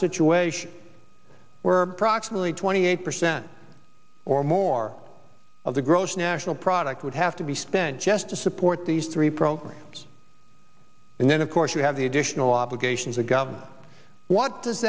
situation where proximately twenty eight percent or more of the gross national product would have to be spent just to support these three programs and then of course you have the additional obligations the government what does